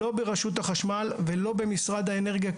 לא ברשות החשמל ולא במשרד האנרגיה,